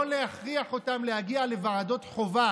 לא להכריח אותם להגיע לוועדות חובה